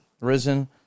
risen